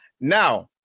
Now